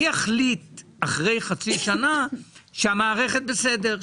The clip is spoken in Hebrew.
אבל מי יחליט אחרי חצי שנה שהמערכת בסדר,